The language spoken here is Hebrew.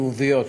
חיוביות.